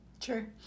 Sure